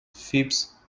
فیبز